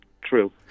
True